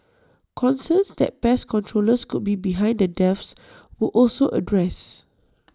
concerns that pest controllers could be behind the deaths were also addressed